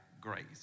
Grace